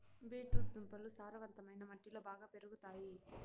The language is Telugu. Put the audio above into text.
బీట్ రూట్ దుంపలు సారవంతమైన మట్టిలో బాగా పెరుగుతాయి